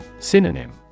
Synonym